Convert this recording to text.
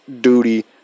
duty